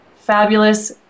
fabulous